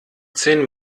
zehn